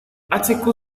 article